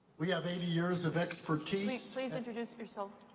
we have eighty years of expertise. please introduce yourself.